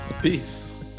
Peace